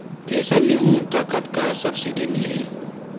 Thresher लेहूं त कतका सब्सिडी मिलही?